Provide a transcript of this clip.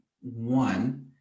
One